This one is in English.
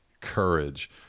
courage